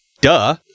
duh